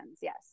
yes